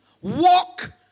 Walk